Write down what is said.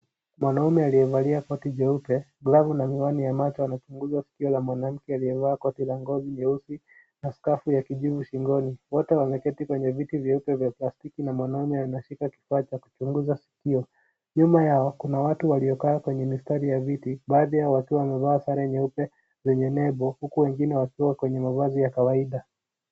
Mwanamke aliyevalia koti nyepe, glavu na miwani ya macho anachunguza sikio la mwanamke aliyevaa koti nyeusi na skafu ya kijivu shingoni. Wote wameketi kwenye viti vyeupe vya plastiki na mwanamume anashika kifaa cha kuchunguza sikio. Nyuma yao kuna watu waliokaa kwenye mistari ya viti, baadhi yao wakiwa wamevaa sare nyeupe zenye nembo huku wengine wakiwa kwenye mavazi ya kawaida.